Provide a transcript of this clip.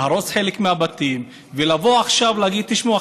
להרוס חלק מהבתים ולבוא עכשיו ולהגיד: תשמעו,